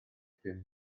pum